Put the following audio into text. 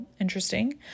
interesting